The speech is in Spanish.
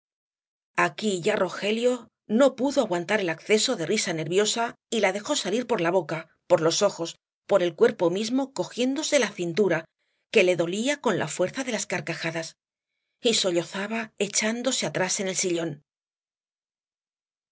aquí ya rogelio no pudo aguantar el acceso de risa nerviosa y la dejó salir por la boca por los ojos por el cuerpo mismo cogiéndose la cintura que le dolía con la fuerza de las carcajadas y sollozaba echado atrás en el sillón